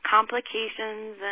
Complications